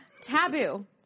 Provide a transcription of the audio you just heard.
Taboo